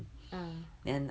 ah